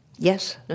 Yes